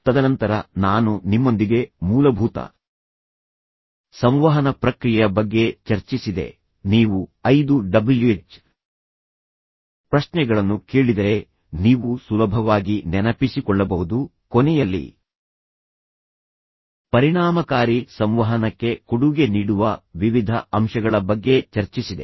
ತದನಂತರ ನಾನು ನಿಮ್ಮೊಂದಿಗೆ ಮೂಲಭೂತ ಸಂವಹನ ಪ್ರಕ್ರಿಯೆಯ ಬಗ್ಗೆ ಚರ್ಚಿಸಿದೆ ನೀವು ಐದು ಡಬ್ಲ್ಯುಎಚ್ ಪ್ರಶ್ನೆಗಳನ್ನು ಕೇಳಿದರೆ ನೀವು ಸುಲಭವಾಗಿ ನೆನಪಿಸಿಕೊಳ್ಳಬಹುದು ಕೊನೆಯಲ್ಲಿ ಪರಿಣಾಮಕಾರಿ ಸಂವಹನಕ್ಕೆ ಕೊಡುಗೆ ನೀಡುವ ವಿವಿಧ ಅಂಶಗಳ ಬಗ್ಗೆ ಚರ್ಚಿಸಿದೆ